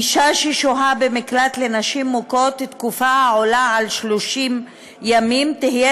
אישה ששוהה במקלט לנשים מוכות תקופה העולה על 30 ימים תהיה